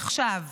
עכשיו.